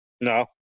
No